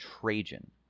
Trajan